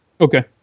Okay